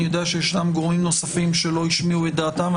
אני יודע שיש גורמים נוספים שלא השמיעו את דעתם.